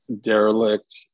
derelict